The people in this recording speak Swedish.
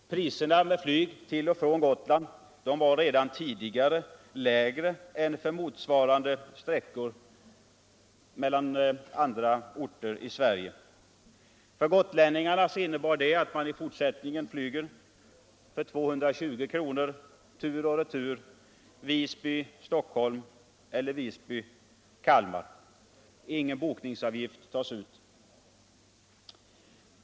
Priserna för resor med flyg till och från Gotland var redan tidigare lägre än priserna för motsvarande sträckor mellan andra orter i Sverige. För gotlänningarna medförde detta att de i fortsättningen kan flyga tur och retur Visby-Stockholm eller Visby-Kalmar för 220 kr. Ingen bokningsavgift tas ut.